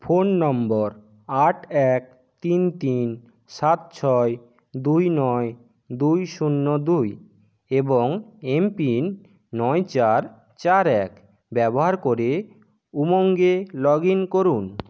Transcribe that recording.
phone নম্বর আট এক তিন তিন সাত ছয় দুই নয় দুই শূন্য দুই এবং এমপিন নয় চার চার এক ব্যবহার করে উমঙ্গে লগ ইন করুন